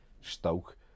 Stoke